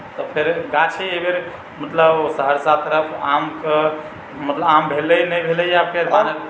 फेर गाछी एहिबेर मतलब सहरसा तरफ आमके मतलब आम भेलै नहि भेलै या फेर